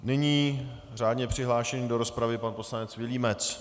Nyní řádně přihlášený do rozpravy pan poslanec Vilímec.